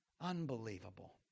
Unbelievable